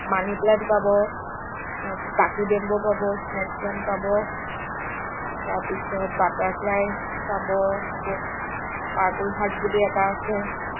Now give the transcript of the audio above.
money plant পাব জাতি bamboo পাব স্নেক চুৱেন পাব তাৰ পিচত বাটাৰফ্লাই পাব আকৌ পাৰ্পোল হাৰ্দ বুলি এটা আছে